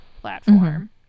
platform